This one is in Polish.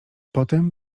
potem